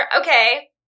Okay